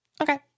Okay